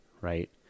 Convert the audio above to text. right